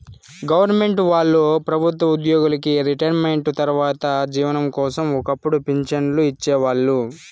government వాళ్ళు ప్రభుత్వ ఉద్యోగులకి రిటైర్మెంటు తర్వాత జీవనం కోసం ఒక్కపుడు పింఛన్లు ఇచ్చేవాళ్ళు